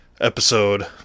episode